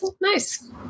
nice